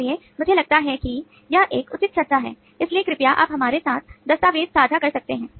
इसलिए मुझे लगता है कि यह एक उचित चर्चा है इसलिए कृपया आप हमारे साथ दस्तावेज़ साझा कर सकते हैं